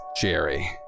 Jerry